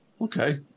Okay